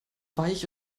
weich